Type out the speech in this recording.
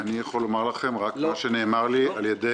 אני יכול לומר לכם רק מה שנאמר לי על ידי